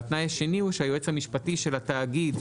והתנאי השני הוא שהיועץ המשפטי של התאגיד,